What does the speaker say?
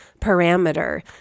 parameter